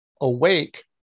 awake